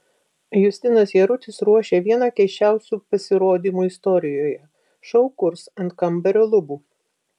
justinas jarutis ruošia vieną keisčiausių pasirodymų istorijoje šou kurs ant kambario lubų